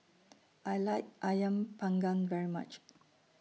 I like Ayam Panggang very much